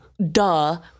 Duh